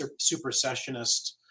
supersessionist